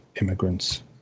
immigrants